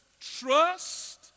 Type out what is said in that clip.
trust